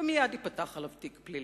ומייד ייפתח עליו תיק פלילי.